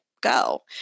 go